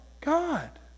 God